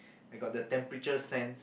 I got the temperature sense